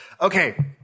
Okay